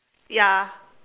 ya